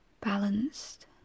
balanced